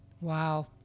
Wow